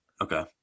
Okay